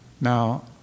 now